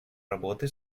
работы